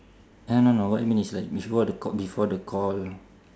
uh no no what I mean is like before the call before the call